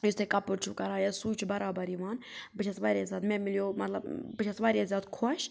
یُس تُہۍ کَپُر چھُو کَران یا سُے چھُ بَرابر یِوان بہٕ چھیٚس واریاہ زیادٕ مےٚ مِلیٛو مطلب بہٕ چھیٚس واریاہ زیادٕ خۄش